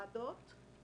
סתום,